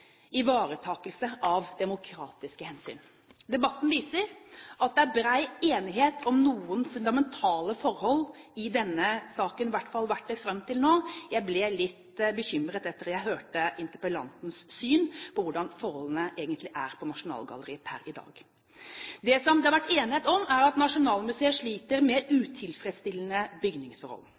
ivaretakelse av demokratiske hensyn. Debatten viser at det er bred enighet om noen fundamentale forhold i denne saken – det har i hvert fall vært det fram til nå – men jeg ble litt bekymret etter at jeg hørte interpellantens syn på hvordan forholdene egentlig er på Nasjonalgalleriet per i dag. Det som det har vært enighet om, er at Nasjonalmuseet sliter med utilfredsstillende bygningsforhold.